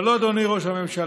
אבל לא, אדוני ראש הממשלה,